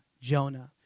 Jonah